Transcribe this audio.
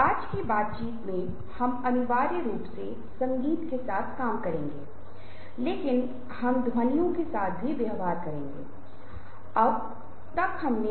आज हम बोलने के कौशलों के बारे में बात करने जा रहे हैं when to speak and how